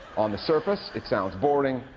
on the surface, it sounds boring,